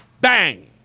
bang